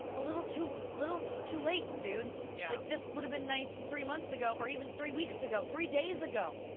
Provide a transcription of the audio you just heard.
a little too little too late, dude. yeah like this would have been nice three months ago, or even three weeks ago, three days ago,